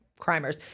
crimers